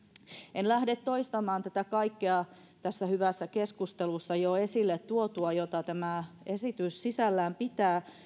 en lähde toistamaan kaikkea tässä hyvässä keskustelussa jo esille tuotua jota tämä esitys sisällään pitää